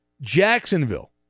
Jacksonville